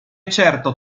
certo